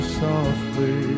softly